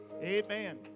Amen